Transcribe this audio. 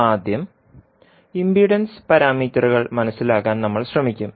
ആദ്യം ഇംപിഡൻസ് പാരാമീറ്ററുകൾ മനസിലാക്കാൻ നമ്മൾ ശ്രമിക്കും